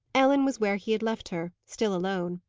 ellen was where he had left her, still alone.